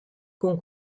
con